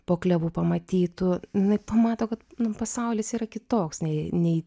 po klevu pamatytų jinai pamato kad pasaulis yra kitoks nei